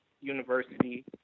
university